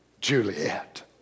Juliet